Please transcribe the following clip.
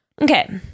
Okay